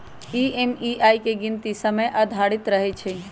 EMI के गीनती समय आधारित रहै छइ